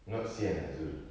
not sian ah zul